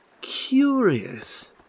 Curious